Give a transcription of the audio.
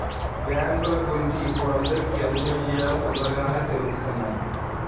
బ్యేంకుల గురించి ఇప్పుడు అందరికీ అన్నీ విషయాలూ తొందరగానే తెలుత్తున్నయ్